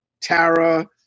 Tara